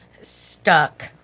stuck